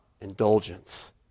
indulgence